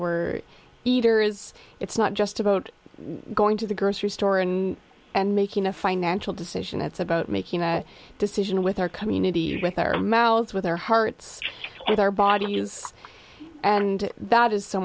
we're leaders it's not just about going to the grocery store and and making a financial decision it's about making that decision with our communities with our mouths with our hearts and our bodies and that is so